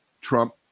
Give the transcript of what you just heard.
Trump